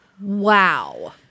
Wow